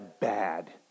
bad